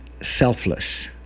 selfless